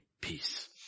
peace